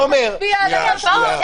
בואו נצביע על הנוסח שהביאה הממשלה.